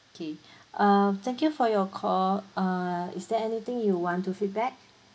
okay um thank you for your call err is there anything you want to feedback